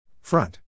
Front